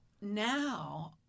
Now